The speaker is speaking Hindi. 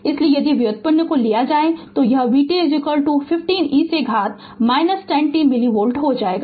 इसलिए यदि व्युत्पन्न को लिया जाए तो यह vt 50 e से घात 10 t मिली वोल्ट हो जाएगा